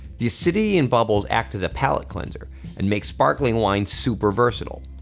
the acidity in bubbles act as a palate cleanser and make sparkling wine super versatile.